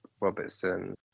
Robertson